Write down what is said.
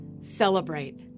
Celebrate